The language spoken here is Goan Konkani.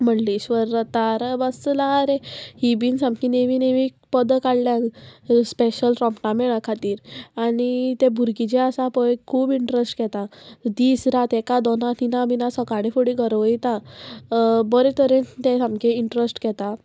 म्हणलेश्वर रतार बसला रे ही बीन सामकी नेवी नेवी पदां काडल्यान स्पेशल रोमटामेळा खातीर आनी ते भुरगीं जे आसा पय खूब इंट्रस्ट घेता दीस रात एका दोना तिनां बिना सकाळीं फुडें गरा वोयता बरे तरेन तें सामकें इंट्रस्ट घेता